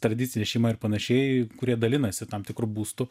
tradicinė šeima ir panašiai kurie dalinasi tam tikru būstu